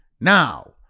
Now